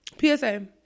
PSA